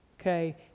Okay